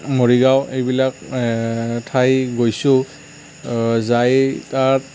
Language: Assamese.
মৰিগাঁও এইবিলাক ঠাই গৈছোঁ যাই তাত